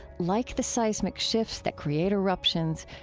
like the seismic shifts that create eruptions,